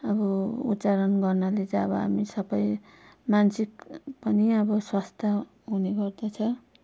अब उच्चारण गर्नाले चाहिँ अब हामी सबै मानसिक पनि अब स्वस्थ हुने गर्दछ